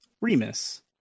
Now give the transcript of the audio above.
Remus